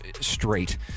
straight